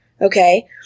Okay